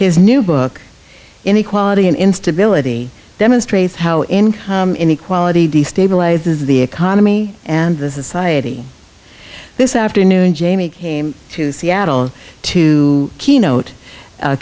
his new book inequality and instability demonstrates how in inequality destabilizes the economy and the society this afternoon jamie came to seattle to keynote a